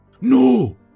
No